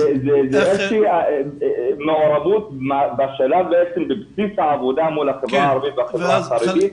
זו איזושהי מעורבות בבסיס העבודה מול החברה הערבית והחברה החרדית.